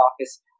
office